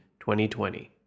2020